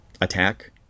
attack